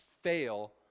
fail